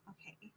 Okay